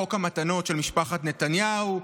חוק המתנות של משפחת נתניהו,